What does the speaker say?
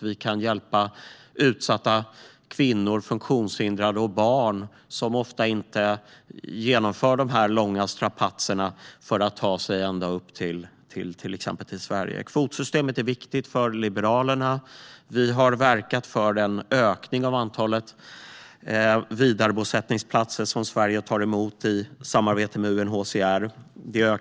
Vi kan hjälpa utsatta kvinnor, funktionshindrade och barn som ofta inte genomför de långa strapatserna för att ta sig ända upp till Sverige, till exempel. Kvotsystemet är viktigt för Liberalerna. Vi har verkat för en ökning av antalet vidarebosättningsplatser där Sverige tar emot i samarbete med UNHCR.